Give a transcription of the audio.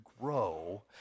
grow